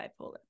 bipolar